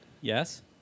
Yes